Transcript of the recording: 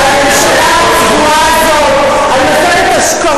אפילו שיחה קלה שבין